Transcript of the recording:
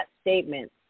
statement